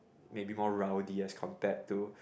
maybe more rowdy as compared to